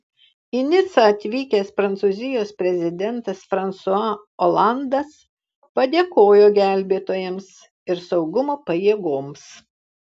į nicą atvykęs prancūzijos prezidentas fransua olandas padėkojo gelbėtojams ir saugumo pajėgoms